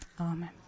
Amen